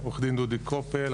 עורך דין דודי קופל,